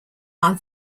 are